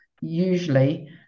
usually